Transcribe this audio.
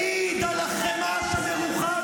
אין לך בעיה לשקר.